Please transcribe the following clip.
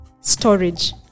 storage